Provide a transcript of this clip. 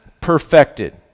perfected